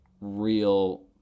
real